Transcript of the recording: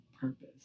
purpose